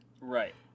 right